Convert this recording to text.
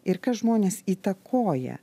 ir kas žmones įtakoja